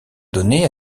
donnés